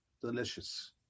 Delicious